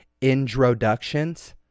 introductions